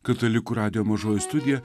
katalikų radijo mažoji studija